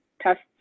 tests